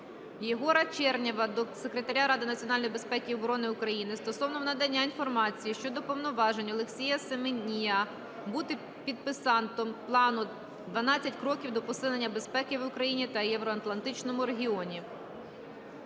Єгора Чернєва до Секретаря Ради національної безпеки і оборони України стосовно надання інформації щодо повноважень Олексія Семенія бути підписантом плану "Дванадцять кроків до посилення безпеки в Україні та євроатлантичному регіоні".